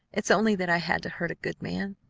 it's only that i had to hurt a good man.